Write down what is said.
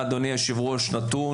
אם נצא מהוועדה הזאת ונגיד: